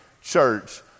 church